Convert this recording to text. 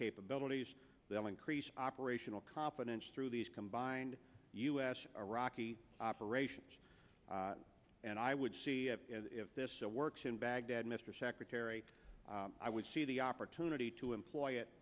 capabilities they'll increase operational competence through these combined u s iraqi operations and i would see if this works in baghdad mr secretary i would see the opportunity to employ it